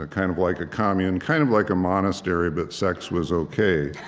ah kind of like a commune, kind of like a monastery, but sex was ok